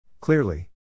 Clearly